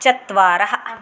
चत्वारः